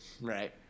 Right